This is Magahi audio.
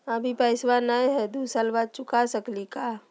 अभि पैसबा नय हय, दू साल बाद चुका सकी हय?